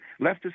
leftist